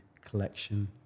collection